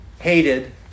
hated